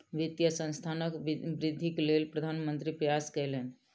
वित्तीय संस्थानक वृद्धिक लेल प्रधान मंत्री प्रयास कयलैन